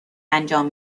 انجام